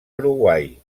uruguai